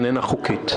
אינה חוקית.